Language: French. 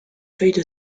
feuilles